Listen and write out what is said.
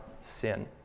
sin